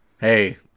Hey